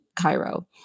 Cairo